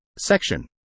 Section